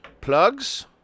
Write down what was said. plugs